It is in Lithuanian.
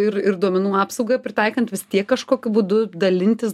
ir ir duomenų apsaugą pritaikant vis tiek kažkokiu būdu dalintis